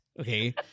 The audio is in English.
okay